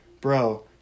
Bro